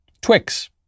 Twix